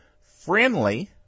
friendly